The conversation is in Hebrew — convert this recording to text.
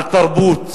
על תרבות.